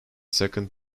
second